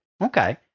Okay